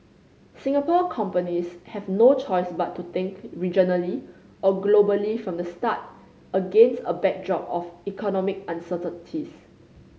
Singapore companies have no choice but to think regionally or globally from the start against a backdrop of economic uncertainties